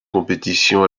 compétition